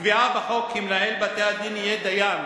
הקביעה בחוק כי מנהל בתי-הדין יהיה דיין